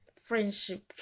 friendship